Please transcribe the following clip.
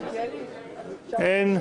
אין.